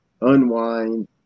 unwind